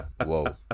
whoa